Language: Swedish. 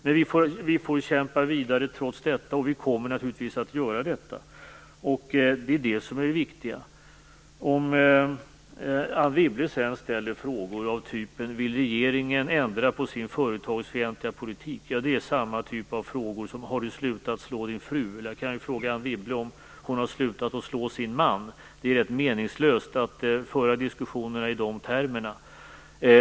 Men vi får kämpa vidare trots detta, och vi kommer naturligtvis att göra det. Det är det som är det viktiga. Sedan ställer Anne Wibble frågor av typen: Vill regeringen ändra på sin företagsfientliga politik? Det är samma typ av frågor som: Har du slutat slå din fru? Jag kan ju fråga Anne Wibble om hon har slutat att slå sin man. Det är rätt meningslöst att föra diskussionerna i de termerna.